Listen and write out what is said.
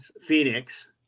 Phoenix